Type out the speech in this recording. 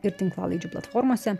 ir tinklalaidžių platformose